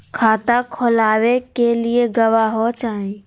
खाता खोलाबे के लिए गवाहों चाही?